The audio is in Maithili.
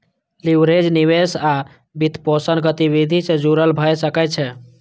लीवरेज निवेश आ वित्तपोषण गतिविधि सं जुड़ल भए सकै छै